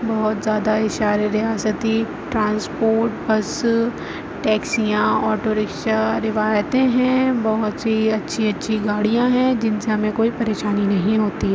بہت زیادہ یہ سارے ریاستی ٹرانسپورٹ بس ٹیکسیاں آٹو رکشا روایتیں ہیں بہت سی اچھی اچھی گاڑیاں ہیں جن سے ہمیں کوئی پریشانی نہیں ہوتی